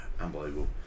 Unbelievable